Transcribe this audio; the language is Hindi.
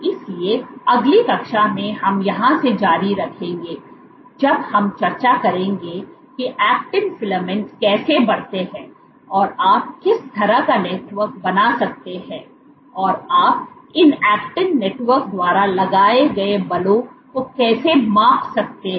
इसलिए अगली कक्षा में हम यहां से जारी रखेंगे जब हम चर्चा करेंगे कि ऐक्टिन फिलामेंट्स कैसे बढ़ते हैं आप किस तरह का नेटवर्क बना सकते हैं और आप इन ऐक्टिन नेटवर्क द्वारा लगाए गए बलों को कैसे माप सकते हैं